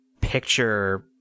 picture